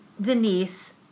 Denise